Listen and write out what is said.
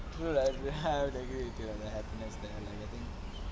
true lah I would agree with you on the happiness there like I think